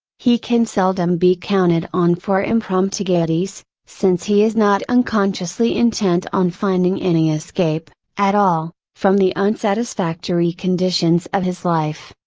he can seldom be counted on for impromptu gaieties, since he is not unconsciously intent on finding any escape, at all, from the unsatisfactory conditions of his life.